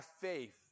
faith